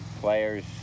players